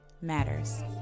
matters